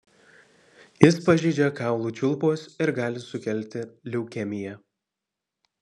jis pažeidžia kaulų čiulpus ir gali sukelti leukemiją